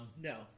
No